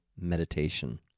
Meditation